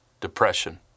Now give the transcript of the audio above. depression